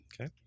Okay